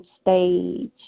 stage